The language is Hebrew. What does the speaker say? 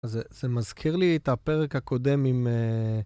אז זה מזכיר לי את הפרק הקודם עם...